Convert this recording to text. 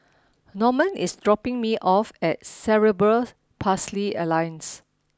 Normand is dropping me off at Cerebral Palsy Alliance